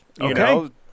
Okay